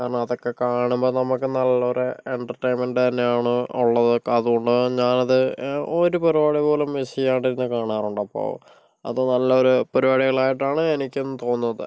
കാരണം അതൊക്കെ കാണുമ്പോൾ നമുക്ക് നല്ലൊരു എൻറ്റർടെയിൻമെൻറ്റ് തന്നെ ആണ് ഉള്ളത് അതുകൊണ്ട് തന്നെ ഞാന് അത് ഒരു പരിപാടി പോലും മിസ് ചെയ്യാണ്ടിരുന്ന് കാണാറുണ്ട് അപ്പോൾ അത് നല്ലൊരു പരിപാടികളായിട്ടാണ് എനിക്കും തോന്നുന്നത്